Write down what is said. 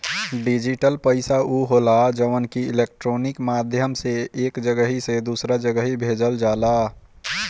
digital पईसा उ होला जवन की इलेक्ट्रोनिक माध्यम से एक जगही से दूसरा जगही भेजल जाला